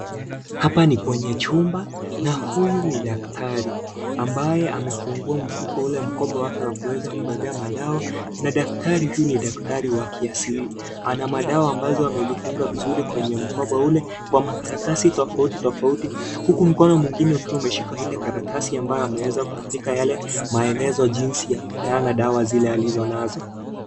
Hapa ni kwenye chumba na huyu ni daktari ambaye amefungua mfuko ule wa mkoba wake wa kuweza kubebea madawa na daktari huyu ni daktari wa kiasili anamadawa ambazo amezifunga vizuri kwenye mkoba ule kwa makaratasi tofau titofauti huku mkono mwingine ukiwa umeshika ilekaratasi ambayo ameweza kuandika yale maelezo jinsi ya kupeana dawa zile alizonazo.